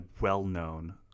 well-known